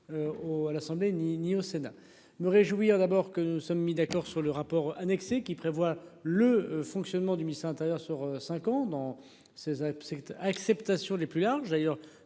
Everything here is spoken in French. à l'Assemblée, ni au Sénat me réjouir d'abord que nous nous sommes mis d'accord sur le rapport annexé qui prévoit le fonctionnement du ministre de l'Intérieur sur 5 ans dans ses à cette acceptation les plus large